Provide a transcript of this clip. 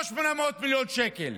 לא 800 מיליון שקל.